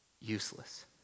useless